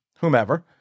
whomever